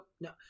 no